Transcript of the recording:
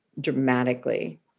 dramatically